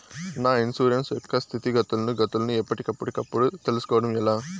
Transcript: నా ఇన్సూరెన్సు యొక్క స్థితిగతులను గతులను ఎప్పటికప్పుడు కప్పుడు తెలుస్కోవడం ఎలా?